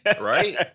right